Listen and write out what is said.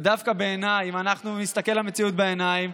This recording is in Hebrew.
ודווקא בעיניי, אם אנחנו נסתכל למציאות בעיניים,